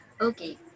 Okay